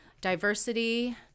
diversity